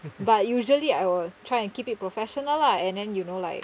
but usually I will try and keep it professional lah and then you know like